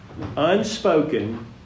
Unspoken